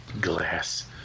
Glass